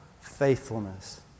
faithfulness